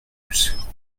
mousse